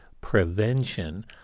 Prevention